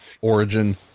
origin